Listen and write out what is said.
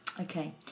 Okay